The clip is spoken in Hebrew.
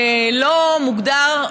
לא מוגדר,